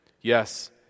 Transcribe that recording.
Yes